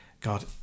God